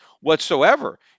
whatsoever